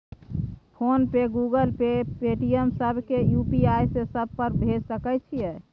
Phone पे, Google Pay, Paytm, सब के UPI से सब पर भेज सके छीयै?